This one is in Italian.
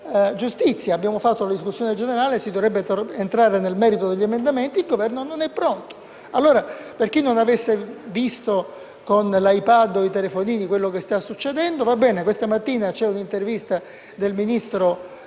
Si è conclusa la discussione generale; si dovrebbe entrare nel merito degli emendamenti, ma il Governo non è pronto. Per chi non avesse visto, con iPad e telefonini, quello che sta succedendo, questa mattina, in un'intervista, il ministro